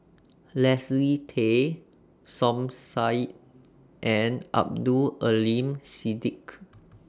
Leslie Tay Som Said and Abdul Aleem Siddique